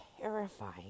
terrifying